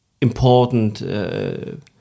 important